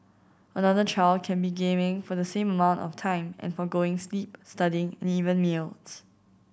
another child can be gaming for the same amount of time and forgoing sleep studying and even meals